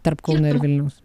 tarp kauno ir vilniaus